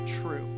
true